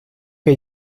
que